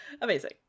Amazing